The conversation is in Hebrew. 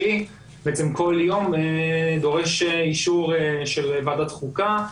בעצם כל יום דורש אישור של ועדת חוקה,